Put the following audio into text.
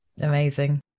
Amazing